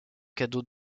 cadeau